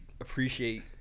appreciate